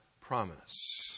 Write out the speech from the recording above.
promise